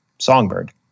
Songbird